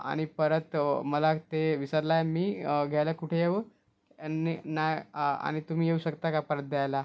आणि परत मला ते विसरलाय मी घ्यायला कुठे येऊ आणि मी नाही हा आणि तुम्ही येऊ शकता का परत द्यायला